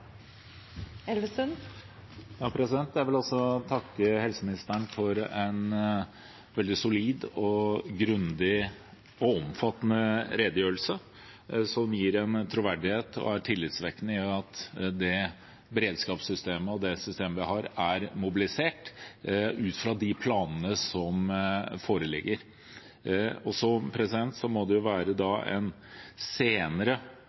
vil også takke helseministeren for en veldig solid, grundig og omfattende redegjørelse, som er troverdig og tillitvekkende ved at det beredskapssystemet vi har, er mobilisert, ut fra de planene som foreligger. Så må det